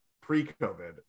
pre-COVID